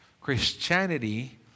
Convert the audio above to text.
Christianity